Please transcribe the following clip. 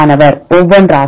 மாணவர் ஒவ்வொன்றாக